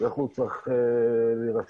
ואיך הוא צריך להירשם.